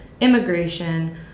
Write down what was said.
immigration